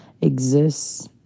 exists